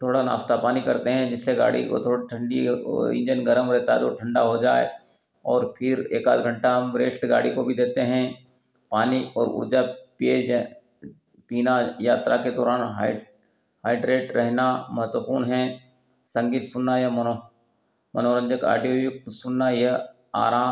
थोड़ा नाश्ता पानी करते हैं जिससे गाड़ी को थोड़ा ठंडी ओ इंजन गर्म रहता है रोड ठंडा हो जाए और फिर एकाध घंटा हम रेस्ट गाड़ी को भी देते हैं पानी और ऊर्जा पेय पीना यात्रा के दौरान हाई हाइड्रेट रहना महत्वपूर्ण है संगीत सुनना या मनो मनोरंजक आडियो सुनना यह आरा